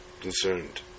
concerned